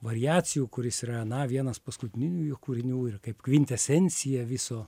variacijų kuris yra na vienas paskutinių jo kūrinių ir kaip kvintesencija viso